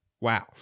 Wow